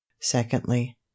secondly